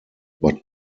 but